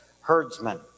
herdsmen